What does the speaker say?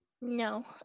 No